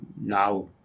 now